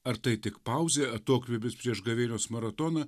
ar tai tik pauzė atokvėpis prieš gavėnios maratoną